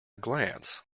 glance